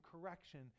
correction